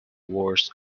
worst